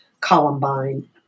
Columbine